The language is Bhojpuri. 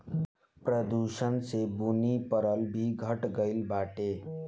प्रदूषण से बुनी परल भी घट गइल बाटे